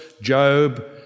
Job